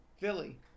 Philly